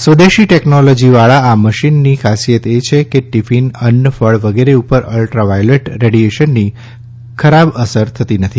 સ્વદેશી ટેકનોલોજીવાળા આ મશીનની ખાસીયત એ છે કે ટિફીન અન્ન ફળ વગેરે ઉપર અલ્ટ્રાવાયોલેટ રેડીએશનની ખરાબ અસર થતી નથી